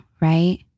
right